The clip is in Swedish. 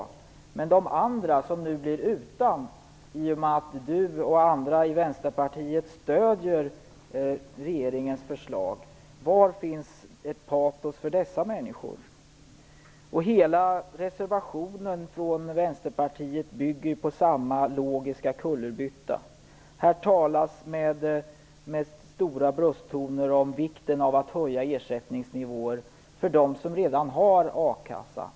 Men var finns ert patos för de andra, de som nu blir utan i och med att Ingrid Burman och andra i Vänsterpartiet stöder regeringens förslag? Hela Vänsterpartiets reservation bygger på samma logiska kullerbytta. Det talas i brösttoner om vikten av att höja ersättningsnivåerna för dem som redan har a-kassa.